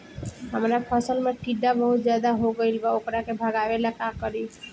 हमरा फसल में टिड्डा बहुत ज्यादा हो गइल बा वोकरा के भागावेला का करी?